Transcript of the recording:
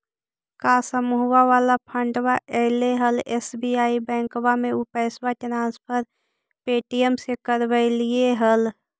का समुहवा वाला फंडवा ऐले हल एस.बी.आई बैंकवा मे ऊ पैसवा ट्रांसफर पे.टी.एम से करवैलीऐ हल?